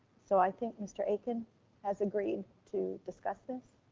so i think mr. akin has agreed to discuss this.